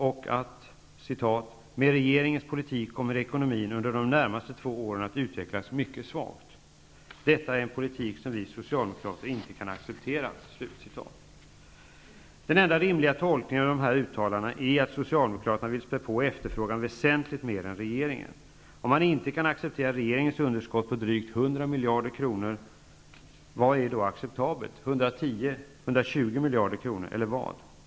Man säger att ''med regeringens politik kommer ekonomin under de närmaste två åren att utvecklas mycket svagt'' och att ''detta är en politik som vi socialdemokrater inte kan acceptera''. Den enda rimliga tolkningen av dessa uttalanden är att Socialdemokraterna vill spä på efterfrågan väsentligt mer än regeringen. Om man inte kan acceptera regeringens budgetunderskott på 100 miljarder kronor, vad är då acceptabelt, 110 miljarder, 120 miljarder eller vad?